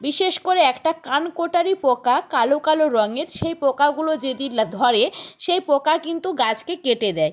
বিশেষ করে একটা কানকোটারি পোকা কালো কালো রঙের সেই পোকাগুলো যদি লা ধরে সেই পোকা কিন্তু গাছকে কেটে দেয়